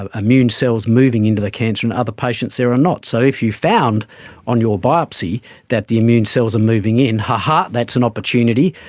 ah immune cells moving into the cancer and in other patients there are not. so if you found on your biopsy that the immune cells are moving in, ha ha that's an opportunity,